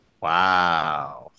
Wow